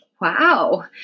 Wow